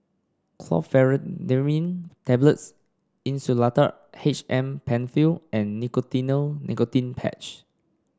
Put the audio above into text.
Chlorpheniramine Tablets Insulatard H M Penfill and Nicotinell Nicotine Patch